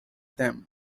them